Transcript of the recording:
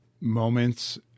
moments